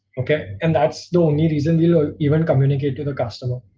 okay, and that's the only reason you even communicate to the customer.